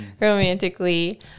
romantically